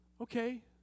Okay